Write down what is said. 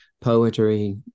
poetry